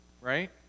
right